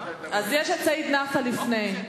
סעיד נפאע לפני כן.